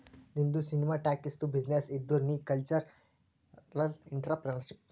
ನಿಂದು ಸಿನಿಮಾ ಟಾಕೀಸ್ದು ಬಿಸಿನ್ನೆಸ್ ಇದ್ದುರ್ ನೀ ಕಲ್ಚರಲ್ ಇಂಟ್ರಪ್ರಿನರ್ಶಿಪ್